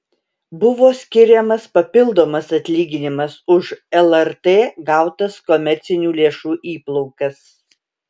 buvo skiriamas papildomas atlyginimas už lrt gautas komercinių lėšų įplaukas